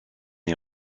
est